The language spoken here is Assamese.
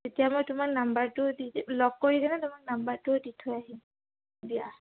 এতিয়া মই তোমাৰ নাম্বাৰটো দি দিম লগ কৰি কিনে তোমাক নাম্বাৰটো দি থৈ আহিম দিয়া